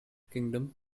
kingdom